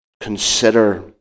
consider